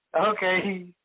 Okay